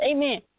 Amen